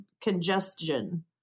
congestion